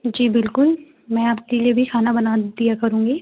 जी बिल्कुल मैं आपके लिए भी खाना बना दिया करूँगी